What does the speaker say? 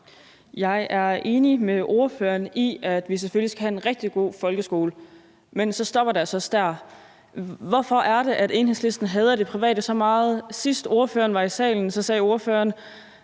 Jeg er enig med ordføreren i, at vi selvfølgelig skal have en rigtig god folkeskole, men så stopper enigheden altså også der. Hvorfor er det, at Enhedslisten hader det private så meget? Sidst, ordføreren var i salen, sagde ordføreren,